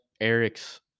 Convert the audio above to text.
Eric's